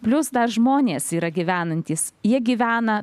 plius dar žmonės yra gyvenantys jie gyvena